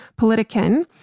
Politiken